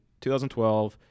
2012